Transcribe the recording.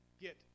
get